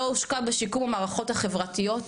לא הושקע בשיקום המערכות החברתיות,